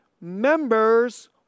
members